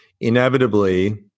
inevitably